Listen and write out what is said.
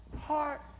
heart